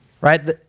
right